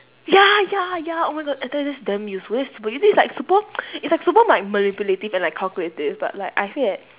ya ya ya oh my god I tell you that's damn useful that's super use~ it is like super it's like super mi~ manipulative and like calculative but like I feel that